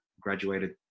graduated